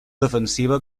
defensiva